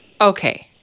Okay